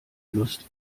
lust